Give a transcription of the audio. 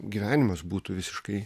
gyvenimas būtų visiškai